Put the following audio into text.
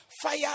Fire